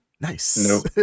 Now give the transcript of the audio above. Nice